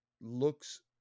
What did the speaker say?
looks